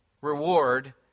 reward